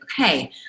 okay